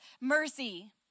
mercy